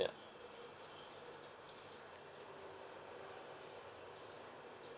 ya